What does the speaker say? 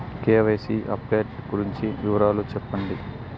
KYC update గురించి వివరాలు సెప్పండి?